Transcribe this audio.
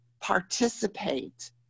participate